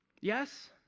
Yes